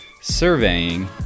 surveying